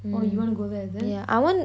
oh you want to go there is it